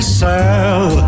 sell